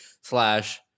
slash